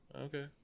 Okay